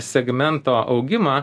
segmento augimą